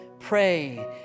pray